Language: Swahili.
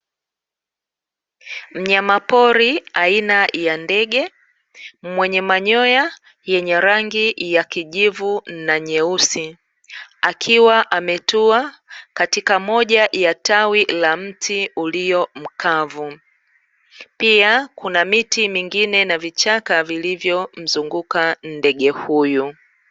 Mnyamapori aina ya ndege, mwenye manyoya yenye rangi ya kijivu na nyeusi, akiwa ametua katika moja ya tawi la mti ulio mkavu, pia kuna miti mingine na vichaka vilivyo mzunguka ndege huyu.